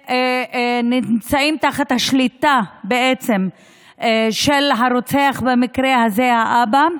ונמצאים תחת השליטה של הרוצח, במקרה הזה, האבא,